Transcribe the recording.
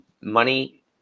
money